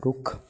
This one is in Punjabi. ਰੁੱਖ